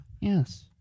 Yes